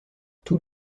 tous